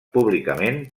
públicament